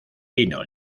fino